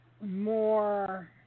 more